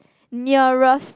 nearest